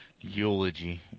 Eulogy